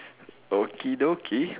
okie dokie